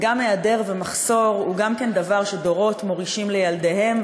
והיעדר ומחסור הם גם דבר שדורות מורישים לילדיהם,